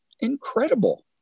incredible